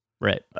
Right